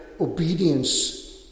obedience